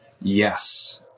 Yes